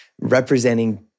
representing